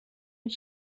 une